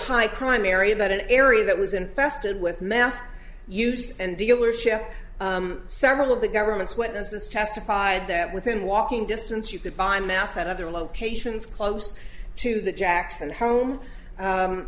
high crime area but an area that was infested with meth use and dealership several of the government's witnesses testified that within walking distance you could buy math at other locations close to the jackson home